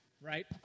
right